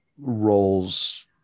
roles